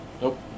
Nope